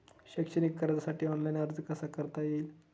शैक्षणिक कर्जासाठी ऑनलाईन अर्ज कसा करता येईल?